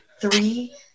three